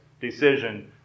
decision